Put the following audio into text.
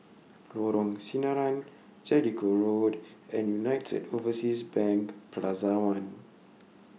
Lorong Sinaran Jellicoe Road and United Overseas Bank Plaza one